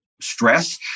stress